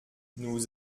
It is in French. nous